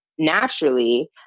naturally